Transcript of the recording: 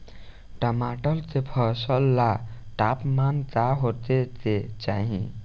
टमाटर के फसल ला तापमान का होखे के चाही?